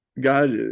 God